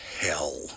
hell